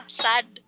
sad